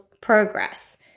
progress